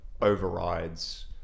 overrides